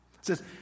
Says